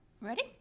Ready